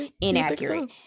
inaccurate